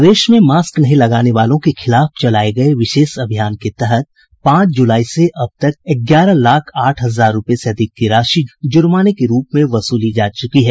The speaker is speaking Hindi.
प्रदेश में मास्क नहीं लगाने वालों के खिलाफ चलाये गये विशेष अभियान के तहत पांच जुलाई से अब तक ग्यारह लाख आठ हजार रूपये से अधिक की जुर्माने की राशि वसूली जा चुकी है